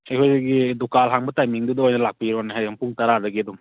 ꯑꯩꯈꯣꯏꯒꯤ ꯗꯨꯀꯥꯟ ꯍꯥꯡꯕ ꯇꯥꯏꯃꯤꯡꯗꯨꯗ ꯑꯣꯏꯅ ꯂꯥꯛꯄꯤꯔꯣꯅꯦ ꯍꯌꯦꯡ ꯄꯨꯡ ꯇꯔꯥꯗꯒꯤ ꯑꯗꯨꯝ